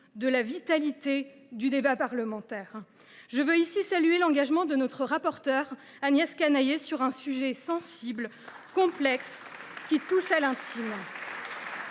de la vitalité du débat parlementaire. Je veux ici saluer l’engagement de notre rapporteur Agnès Canayer sur un sujet sensible, complexe, qui touche à l’intime.